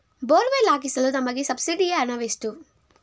Borewell ಹಾಕಿಸಲು ನಮಗೆ ಸಬ್ಸಿಡಿಯ ಹಣವೆಷ್ಟು?